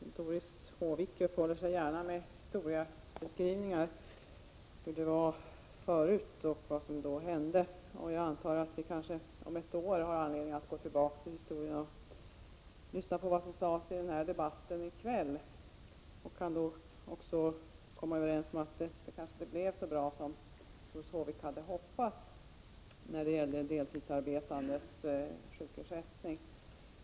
Herr talman! Doris Håvik ägnar sig gärna åt långa beskrivningar av hur det var förut och vad som då hände. Om ett år får vi kanske anledning att gå tillbaka till vad som sades i debatten här i kväll och eventuellt konstatera att det inte blev så bra som Doris Håvik hade hoppats när det gällde deltidsarbetandes sjukersättning.